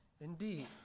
Indeed